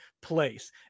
place